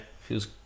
feels